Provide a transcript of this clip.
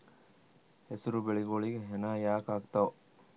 ಹೆಸರು ಬೆಳಿಗೋಳಿಗಿ ಹೆನ ಯಾಕ ಆಗ್ತಾವ?